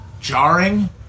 jarring